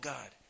God